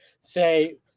say